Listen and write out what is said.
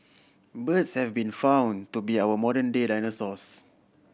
birds have been found to be our modern day dinosaurs